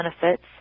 benefits